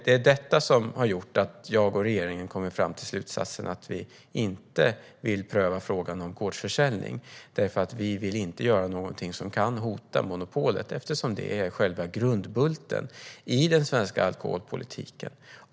Det är detta som har gjort att jag och regeringen kommit fram till slutsatsen att vi inte vill pröva frågan om gårdsförsäljning. Vi vill inte göra någonting som kan hota monopolet eftersom det är själva grundbulten i den svenska alkoholpolitiken.